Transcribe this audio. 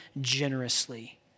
generously